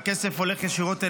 והכסף הולך ישירות אליהן,